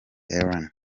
elan